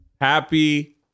Happy